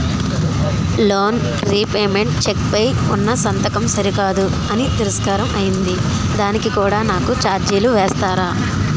Loan repayment cheque పై ఉన్నా సంతకం సరికాదు అని తిరస్కారం అయ్యింది దానికి కూడా నాకు ఛార్జీలు వేస్తారా?